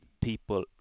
people